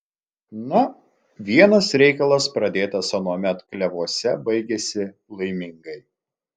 na vienas reikalas pradėtas anuomet klevuose baigiasi laimingai